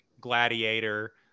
Gladiator